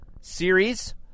series